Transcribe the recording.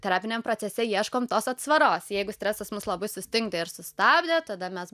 terapiniam procese ieškom tos atsvaros jeigu stresas mus labai sustingdė ir sustabdė tada mes